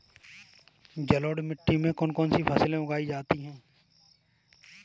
जलोढ़ मिट्टी में कौन कौन सी फसलें उगाई जाती हैं?